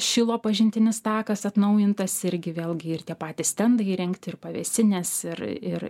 šilo pažintinis takas atnaujintas irgi vėlgi ir tie patys stendai įrengti ir pavėsinės ir ir